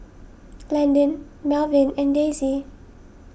Landen Melvyn and Daisie